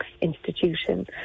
institution